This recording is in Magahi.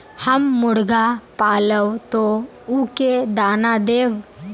हम मुर्गा पालव तो उ के दाना देव?